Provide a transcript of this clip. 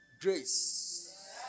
grace